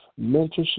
mentorship